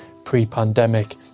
pre-pandemic